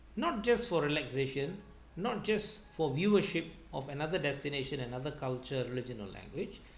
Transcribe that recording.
not just for relaxation not just for viewership of another destination another culture religion or language